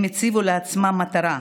הם הציבו לעצמם מטרה: